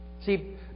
See